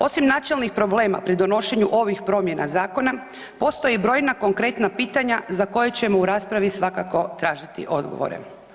Osim načelnih problema pri donošenju ovih promjena zakona postoje brojna konkretna pitanja za koja ćemo u raspravi svakako tražiti odgovore.